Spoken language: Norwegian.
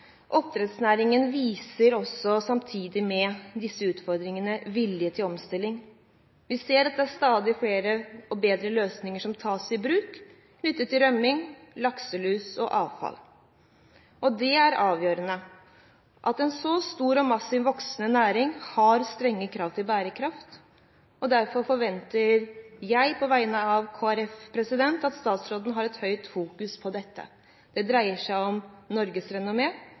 oppdrettsnæringen viser også samtidig med disse utfordringene vilje til omstilling. Vi ser at stadig flere og bedre løsninger tas i bruk knyttet til rømming, lakselus og avfall. Det er avgjørende at en så stor og massivt voksende næring har strenge krav til bærekraft. Derfor forventer jeg på vegne av Kristelig Folkeparti at statsråden har et sterkt søkelys på dette. Det dreier seg om Norges